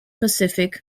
pacific